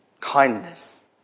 kindness